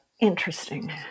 Interesting